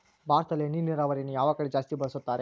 ಭಾರತದಲ್ಲಿ ಹನಿ ನೇರಾವರಿಯನ್ನು ಯಾವ ಕಡೆ ಜಾಸ್ತಿ ಬಳಸುತ್ತಾರೆ?